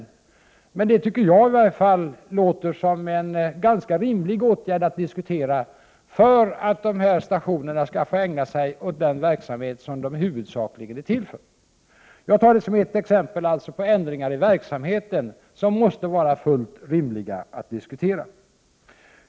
I alla fall tycker jag att det låter som ganska rimliga åtgärder att diskutera, för att stationerna skall få ägna sig åt den verksamhet som de huvudsakligen är till för. Jag tar detta som ett exempel på ändringar i verksamheten som det måste vara fullt rimligt att diskutera.